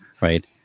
right